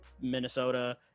Minnesota